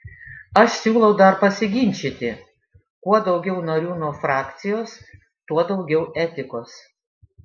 aš siūlau dar pasiginčyti kuo daugiau narių nuo frakcijos tuo daugiau etikos